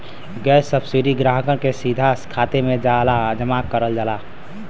gas subsidy ग्राहक के सीधा खाते में जमा करल जाला